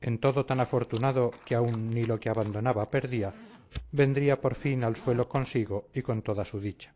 en todo tan afortunado que ni aun lo que abandonaba perdía vendría por fin al suelo consigo y con toda su dicha